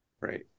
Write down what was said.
right